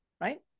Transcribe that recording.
right